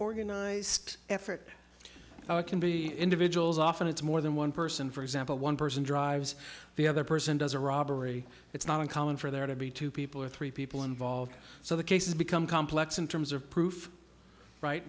organized effort how it can be individuals often it's more than one person for example one person drives the other person does a robbery it's not uncommon for there to be two people or three people involved so the case has become complex in terms of proof right